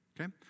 Okay